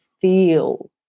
feel